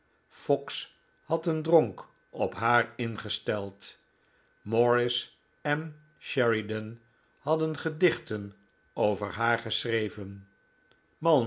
fox had een dronk op haar ingesteld morris en sheridan hadden gedichten over haar geschreven